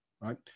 right